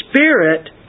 Spirit